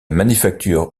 manufacture